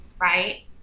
right